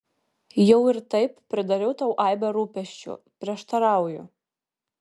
jau ir taip pridariau tau aibę rūpesčių prieštarauju